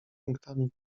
punktami